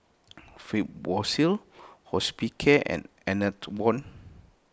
Fibrosol Hospicare and Enervon